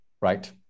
right